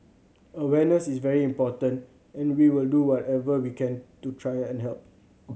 awareness is very important and we will do whatever we can to try and help